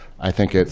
i think